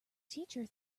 teacher